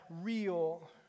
real